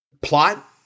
plot